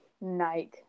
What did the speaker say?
Nike